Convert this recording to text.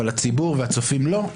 אבל הציבור והצופים לא,